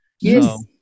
Yes